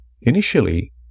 initially